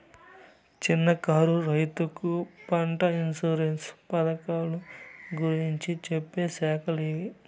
చిన్న కారు రైతుకు పంట ఇన్సూరెన్సు పథకాలు గురించి చెప్పే శాఖలు ఏవి?